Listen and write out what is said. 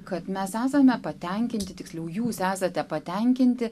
kad mes esame patenkinti tiksliau jūs esate patenkinti